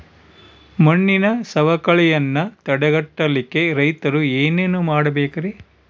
ಮಣ್ಣಿನ ಸವಕಳಿಯನ್ನ ತಡೆಗಟ್ಟಲಿಕ್ಕೆ ರೈತರು ಏನೇನು ಮಾಡಬೇಕರಿ?